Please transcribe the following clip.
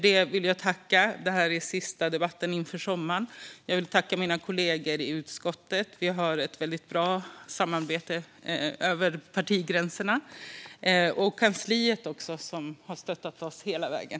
Det här är sista debatten före sommaren. Jag vill tacka mina kollegor i utskottet; vi har ett väldigt bra samarbete över partigränserna. Jag vill också tacka kansliet, som har stöttat oss hela vägen.